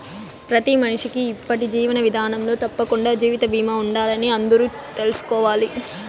ప్రతి మనిషికీ ఇప్పటి జీవన విదానంలో తప్పకండా జీవిత బీమా ఉండాలని అందరూ తెల్సుకోవాలి